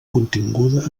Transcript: continguda